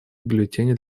бюллетени